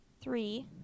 three